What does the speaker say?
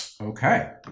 Okay